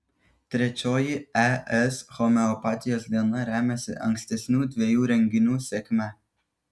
trečioji es homeopatijos diena remiasi ankstesnių dviejų renginių sėkme